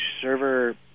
server